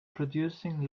producing